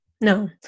no